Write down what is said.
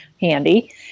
handy